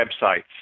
websites